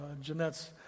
Jeanette's